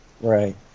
Right